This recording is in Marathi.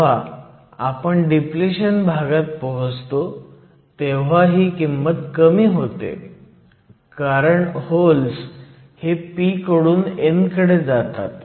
जेव्हा आपण डिप्लिशन भागात पोहोचतो तेव्हा ही किंमत कमी होते कारण होल्स हे p कडून n कडे जातात